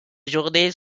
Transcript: journées